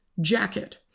jacket